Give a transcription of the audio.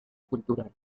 cultural